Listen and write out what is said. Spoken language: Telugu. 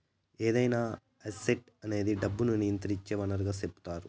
ఏదైనా అసెట్ అనేది డబ్బును నియంత్రించే వనరుగా సెపుతారు